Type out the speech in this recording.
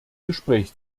gespräch